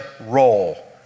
role